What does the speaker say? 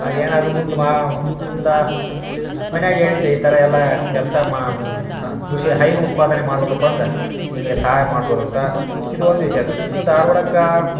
ಆಗ ಏನಾದರು ಮುಂದೆ ಭಾಳ ಮುಂದೆ ಮನೆಯಾಗ ಹೇಳಿದ್ದೆ ಈ ಥರ ಎಲ್ಲಾ ಕೆಲಸ ಮಾ ಕೃಷಿ ಹೈನು ಉತ್ಪಾದನೆ ಮಾಡ್ಬೇಕಪ್ಪಂದರೆ ಹಿಂಗೆ ಸಹಾಯ ಮಾಡಬೋದಂತ ಇದು ಒಂದು ವಿಷ್ಯ ಆತು ಇನ್ನು ಧಾರ್ವಾಡಕ್ಕೆ